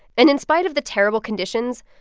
and in spite of the terrible conditions,